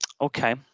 Okay